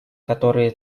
которые